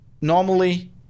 normally